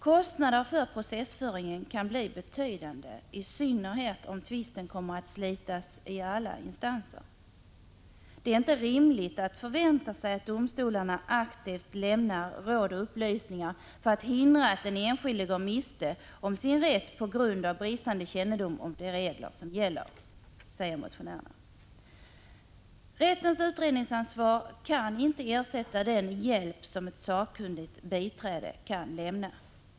Kostnaderna för processföringen kan bli betydande, i synnerhet om tvisten slits i alla instanser. Det är inte rimligt att förvänta sig att domstolarna aktivt lämnar råd och upplysningar för att hindra att den enskilde går miste om sin rätt på grund av bristande kännedom om de regler som gäller, säger motionärerna. Rättens utredningsansvar kan inte ersätta den hjälp som ett sakkunnigt biträde kan lämna.